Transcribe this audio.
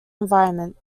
environment